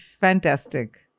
Fantastic